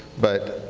but,